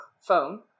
phone